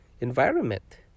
environment